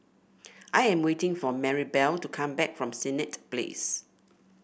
I am waiting for Marybelle to come back from Senett Place